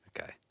Okay